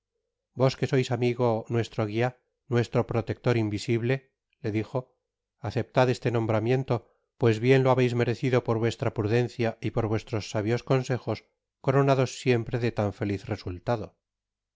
vos que sois amigo nuestro guia nuestro protector invisible le dijo aceptad este nombramiento pues bien los habeis merecido por vuestra prudencia y por vuestros sabios consejos coronados siempre de tan feliz resoltado